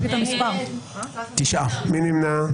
מי נמנע?